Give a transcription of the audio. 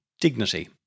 Dignity